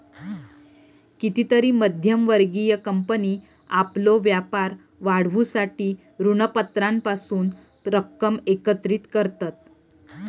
कितीतरी मध्यम वर्गीय कंपनी आपलो व्यापार वाढवूसाठी ऋणपत्रांपासून रक्कम एकत्रित करतत